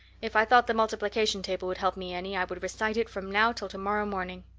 if i thought the multiplication table would help me any i would recite it from now till tomorrow morning.